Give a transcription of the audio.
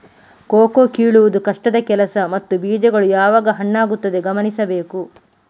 cocoa ಕೀಳುವುದು ಕಷ್ಟದ ಕೆಲಸ ಮತ್ತು ಬೀಜಗಳು ಯಾವಾಗ ಹಣ್ಣಾಗುತ್ತವೆ ಗಮನಿಸಬೇಕು